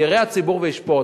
יראה הציבור וישפוט.